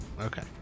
Okay